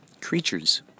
creatures